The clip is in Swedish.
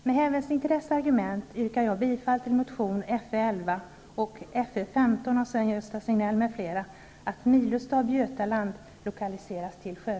Med hänvisning till dessa argument yrkar jag bifall till motionerna Fö11 och Fö15 av